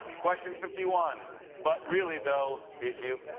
question fifty one but, really, though, did you?